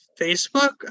Facebook